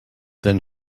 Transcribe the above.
then